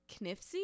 Knifsey